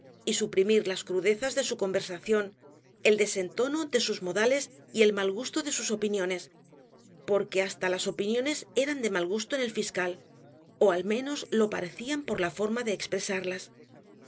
y suprimir las crudezas de su conversación el desentono de sus modales y el mal gusto de sus opiniones porque hasta las opiniones eran de mal gusto en el fiscal ó al menos lo parecían por la forma de expresarlas